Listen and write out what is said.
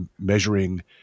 measuring